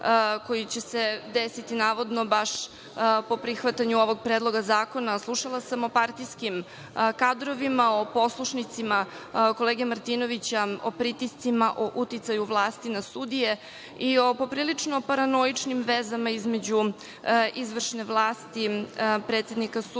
koji će se desiti, navodno, baš po prihvatanju ovog predloga zakona. Slušala sam o partijskim kadrovima, o poslušnicima kolega Martinovića, o pritiscima, o uticaju vlasti na sudije i o poprilično paranoičnim vezama između izvršne vlasti, predsednika sudova